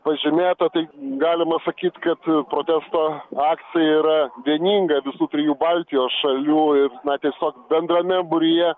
pažymėta tai galima sakyt kad protesto akcija yra vieninga visų trijų baltijos šalių ir na tiesiog bendrame būryje